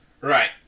Right